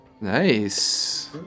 Nice